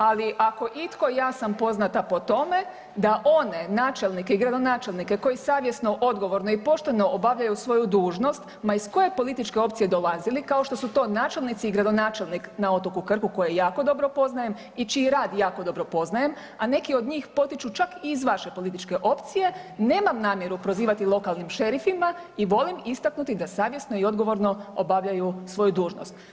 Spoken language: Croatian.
Ali ako itko ja sam poznata po tome da one načelnike i gradonačelnike koji savjesno, odgovorno i pošteno obavljaju svoju dužnost, ma ih koje političke opcije dolazili kao što su to načelnici i gradonačelnik na otoku Krku koje jako dobro poznajem i čiji rad dobro poznajem, a neki od njih potiču čak iz vaše političke opcije nemam namjeru prozivati lokalnim šerifima i volim istaknuti da savjesno i odgovorno obavljaju svoju dužnost.